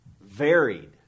varied